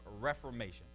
reformation